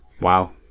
Wow